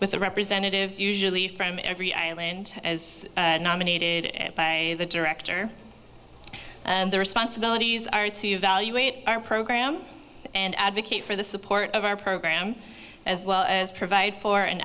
with the representatives usually from every island as nominated by the director and the responsibilities are to evaluate our program and advocate for the support of our program as well as provide for an